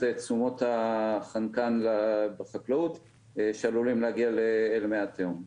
תשומות החנקן בחקלאות שעלולים להגיע אל מי התהום.